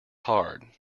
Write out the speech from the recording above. hard